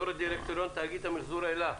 יו"ר דירקטוריון תאגיד המיחזור אל"ה,